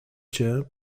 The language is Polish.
cię